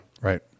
Right